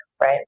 right